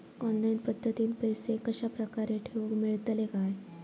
Online पद्धतीन पैसे कश्या प्रकारे ठेऊक मेळतले काय?